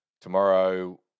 tomorrow